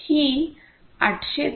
ही 802